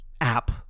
app